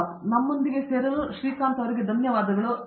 ಪ್ರತಾಪ್ ಹರಿಡೋಸ್ ನಮ್ಮೊಂದಿಗೆ ಸೇರಲು ಶ್ರೀಕಾಂತ್ ಅವರಿಗೆ ಧನ್ಯವಾದಗಳು